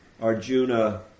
Arjuna